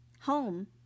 home